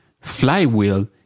flywheel